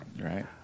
Right